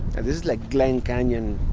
and this is like glen canyon